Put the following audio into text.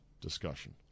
discussion